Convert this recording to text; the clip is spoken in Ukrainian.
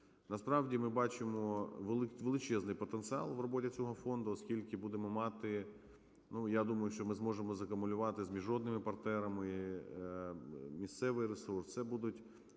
Насправді ми бачимо величезний потенціал в робі цього фонду, оскільки будемо мати, ну, я думаю, що ми зможемозакумулювати з міжнародними партнерами місцевий ресурс. Це будуть,